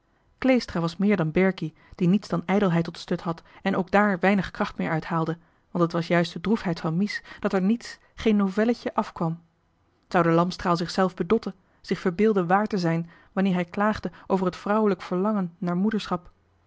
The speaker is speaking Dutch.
kleestra was vast meer dan berkie die niets dan ijdelheid tot stut had en ook daar weinig kracht meer johan de meester de zonde in het deftige dorp uit haalde want het was juist de droefheid van mies dat er niets geen novelletjen afkwam zou de lamstraal zichzelf bedotten werkelijk zich verbeelden waar te zijn wanneer hij klaagde over het vrouwelijk verlangen naar moederschap